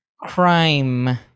crime